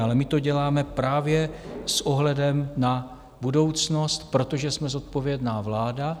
Ale my to děláme právě s ohledem na budoucnost, protože jsme zodpovědná vláda.